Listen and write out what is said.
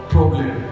Problem